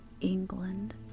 England